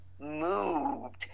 moved